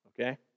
okay